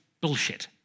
bullshit